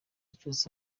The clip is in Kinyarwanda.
cyose